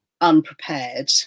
unprepared